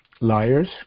Liars